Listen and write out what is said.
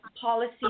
policy